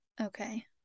Okay